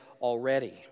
already